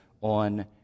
on